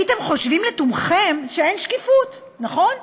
הייתם חושבים לתומכם שאין שקיפות, נכון?